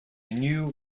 new